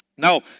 Now